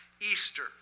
Easter